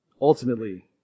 Ultimately